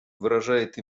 выражает